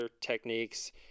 techniques